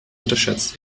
unterschätzt